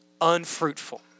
unfruitful